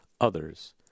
others